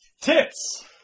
Tips